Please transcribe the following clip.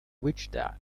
wichita